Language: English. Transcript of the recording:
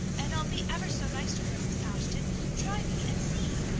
and i'll be ever so nice to her, miss ashton try me, and see.